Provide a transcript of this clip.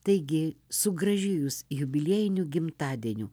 taigi su gražiu jus jubiliejiniu gimtadieniu